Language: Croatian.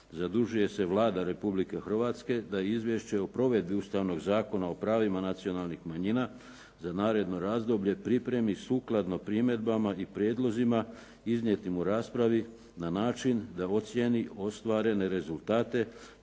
zadužuje se Vlada Republike Hrvatske da izvješće o provedbi Ustavnog zakona o pravima nacionalnih manjina za naredno razdoblje pripremi sukladno primjedbama i prijedlozima iznijetim u raspravi na način da ocijeni ostvarene rezultate,